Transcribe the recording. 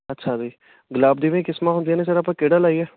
ਅੱਛਾ ਜੀ ਗੁਲਾਬ ਦੀਆਂ ਵੀ ਕਿਸਮਾਂ ਹੁੰਦੀਆਂ ਨੇ ਸਰ ਆਪਾਂ ਕਿਹੜਾ ਲਾਈਏ